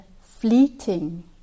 fleeting